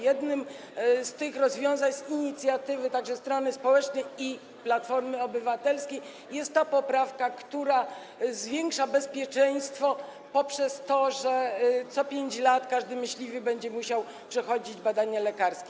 Jednym z tych rozwiązań, także z inicjatywy strony społecznej i Platformy Obywatelskiej, jest ta poprawka, która zwiększa bezpieczeństwo poprzez to, że co 5 lat każdy myśliwy będzie musiał przechodzić badania lekarskie.